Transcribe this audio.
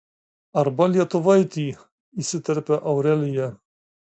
arba lietuvaitį įsiterpia aurelija